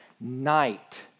night